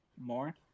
more